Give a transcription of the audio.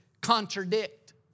contradict